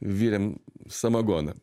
virėm samagoną